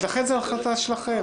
אז לכן זו החלטה שלכם.